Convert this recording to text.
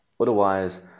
Otherwise